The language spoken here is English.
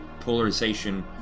polarization